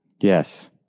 Yes